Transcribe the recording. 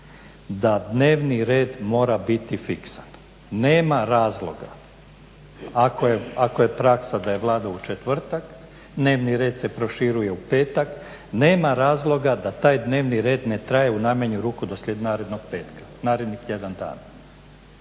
da dnevni red mora biti fiksan. Nema razloga ako je praksa da je Vlada u četvrtak, dnevni red se proširuje u petak. Nema razloga da taj dnevni red ne traje u najmanju ruku do narednog petka, narednih tjedan dana.